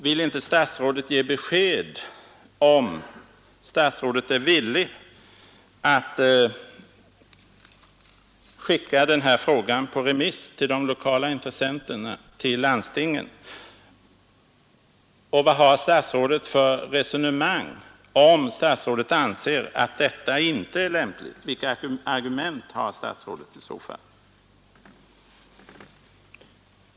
Vill inte statsrådet säga huruvida han är villig att skicka den här frågan på remiss till de lokala intressenterna, till landstingen? Och vad har statsrådet för argument, om han anser att detta inte är lämpligt?